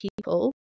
people